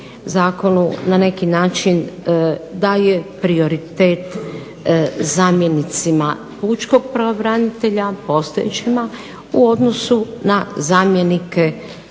na neki način daje prioritet zamjenicima pučkog pravobranitelja, postojećima, u odnosu na zamjenike